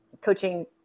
coaching